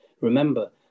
remember